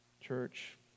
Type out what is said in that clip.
Church